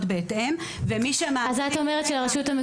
בהתאם --- (אומרת דברים בשפת הסימנים,